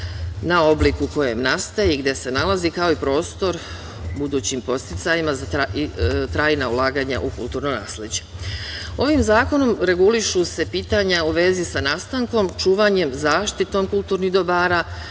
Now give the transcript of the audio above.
na oblik u kojem nastaje i gde se nalazi, kao i prostor budućim podsticajima za trajna ulaganja u kulturno nasleđe. Ovim zakonom regulišu se pitanja u vezi sa nastankom, čuvanjem, zaštitom kulturnih dobara,